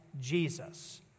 Jesus